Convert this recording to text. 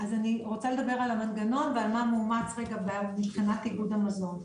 אני רוצה לדבר על המנגנון ועל מה מאומץ מבחינת איגוד המזון.